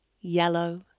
yellow